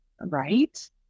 right